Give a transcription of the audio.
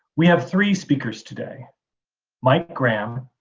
we have three speakers today mike graham,